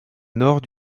nord